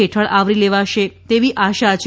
હેઠળ આવરી લેવાશે તેવી આશા છે